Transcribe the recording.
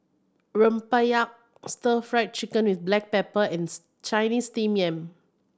rempeyek Stir Fried Chicken with black pepper and Chinese Steamed Yam